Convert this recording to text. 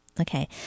Okay